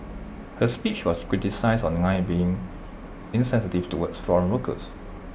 her speech was criticised online being insensitive towards from workers